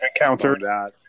encountered